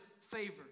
favor